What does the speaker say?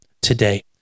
today